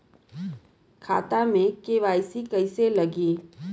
खाता में के.वाइ.सी कइसे लगी?